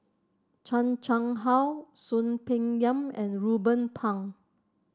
Chan Chang How Soon Peng Yam and Ruben Pang